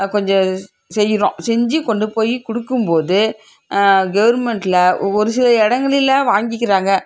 கொஞ்சம் செய்கிறோம் செஞ்சு கொண்டு போய் கொடுக்கும் போது கவர்மெண்ட்டில் ஒரு சில இடங்களில வாங்கிக்கிறாங்க